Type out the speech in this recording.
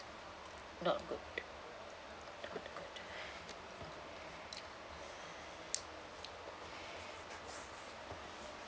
not good